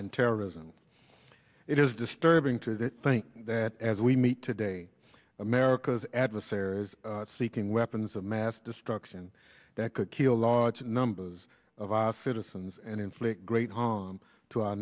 and terrorism it is disturbing to think that as we meet day america's adversaries seeking weapons of mass destruction that could kill large numbers of our citizens and inflict great harm to our